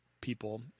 people